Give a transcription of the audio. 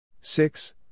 six